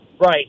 Right